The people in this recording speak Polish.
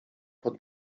pod